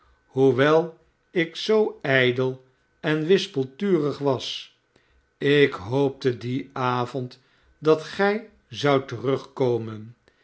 hoewel ik zoo ijdel en wispelturig was ik hoopte dien avond dat gij zoudt terugkomen